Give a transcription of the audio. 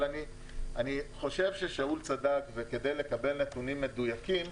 אבל אני חושב ששאול צדק, כדי לקבל נתונים מדויקים,